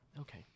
Okay